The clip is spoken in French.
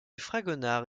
fragonard